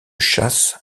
chasse